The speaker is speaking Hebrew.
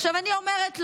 עכשיו אני אומרת לו: